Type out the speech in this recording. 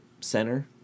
center